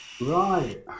Right